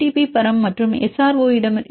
B பரம் மற்றும் L